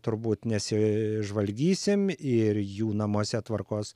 turbūt nesižvalgysim ir jų namuose tvarkos